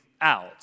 out